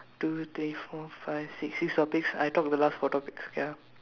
two three four five six six topics I talk the last four topics ya